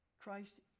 Christ